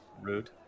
rude